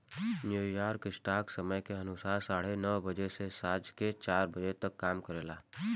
New York stock समय के अनुसार साढ़े नौ बजे से सांझ के चार बजे तक काम करेला